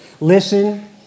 listen